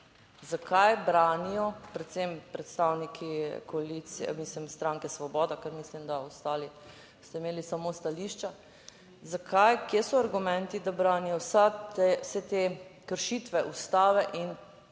zakaj branijo predvsem predstavniki koalicije, mislim stranke Svoboda, ker mislim, da ostali ste imeli samo stališča, zakaj, kje so argumenti, da branijo vse te kršitve Ustave in